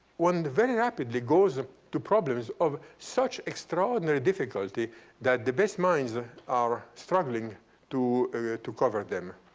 one very rapidly goes and to problems of such extraordinary difficulty that the best minds ah are struggling to to cover them.